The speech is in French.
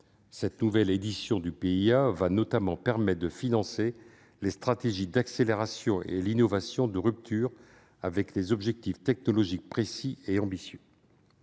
Cette nouvelle édition du PIA va notamment permettre de financer les stratégies d'accélération et l'innovation de rupture, avec des objectifs technologiques précis et ambitieux.